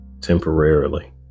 temporarily